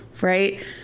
right